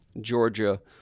Georgia